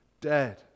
dead